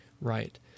Right